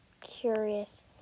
curious